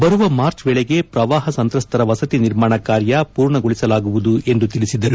ಬರುವ ಮಾರ್ಚ್ ವೇಳೆಗೆ ಪ್ರವಾಪ ಸಂತ್ರಸ್ತರ ವಸತಿ ನಿರ್ಮಾಣ ಕಾರ್ಯ ಮೂರ್ಣಗೊಳಿಸಲಾಗುವುದು ಎಂದು ತಿಳಿಸಿದರು